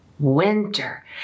Winter